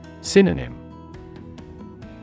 Synonym